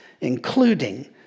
including